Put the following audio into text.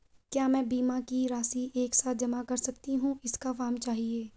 क्या मैं बीमा की राशि एक साथ जमा कर सकती हूँ इसका फॉर्म चाहिए?